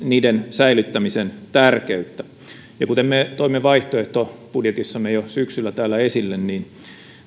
niiden säilyttämisen tärkeyttä kuten me toimme vaihtoehtobudjetissamme jo syksyllä täällä esille